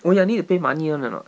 oh ya need to pay money [one] or not